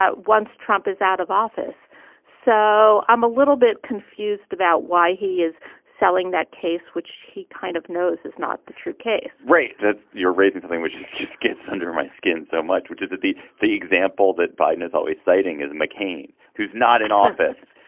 once trump is out of office so i'm a little bit confused about why he is selling that case which he kind of knows is not the true case right that you're raising thing just gets under my skin so much which is that the the example that biden is always citing is mccain who's not in office.